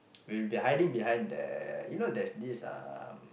we'll be hiding behind the you know there's this um